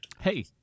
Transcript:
Hey